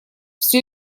все